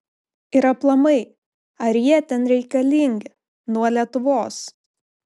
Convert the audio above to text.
ir aplamai ar jie ten reikalingi nuo lietuvos